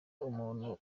umuntu